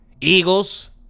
Eagles